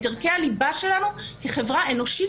את ערכי הליבה שלנו כחברה אנושית,